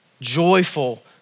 joyful